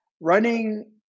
running